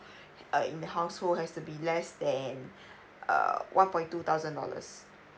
uh in the household has to be less than err one point two thousand dollars